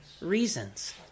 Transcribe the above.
reasons